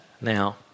now